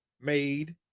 made